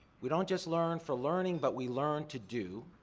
we don't just learn for learning, but we learn to do,